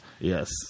Yes